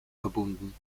verbunden